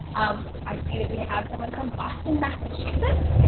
um i see that we have someone from boston, massachusetts,